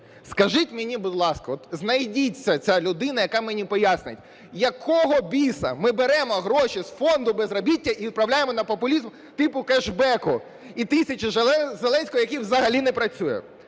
Скажіть мені, будь ласка, от знайдіть цю людину, яка мені пояснить – якого біса ми беремо гроші з фонду безробіття і відправляємо на популізм типу кешбеку і тисячу Зеленського, яка взагалі не працює?